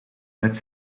met